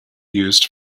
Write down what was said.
used